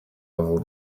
novel